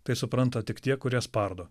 tai supranta tik tie kurie spardo